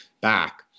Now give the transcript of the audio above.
back